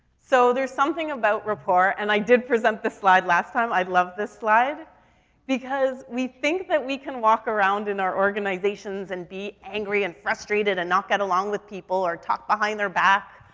so there's something about rapport and i did present this slide last time, i love this slide because we think that we can walk around in our organizations and be angry, and frustrated, and not get along with people, or talk behind their back,